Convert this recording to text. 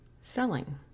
selling